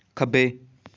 ਖੱਬੇ